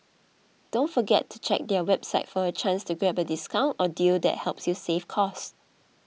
don't forget to check their website for a chance to grab a discount or deal that helps you save cost